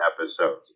episodes